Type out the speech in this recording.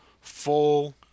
full